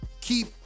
keep